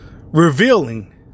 revealing